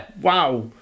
wow